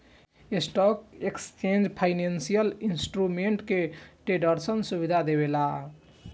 stock exchange financial instrument के ट्रेडरसन सुविधा देवेला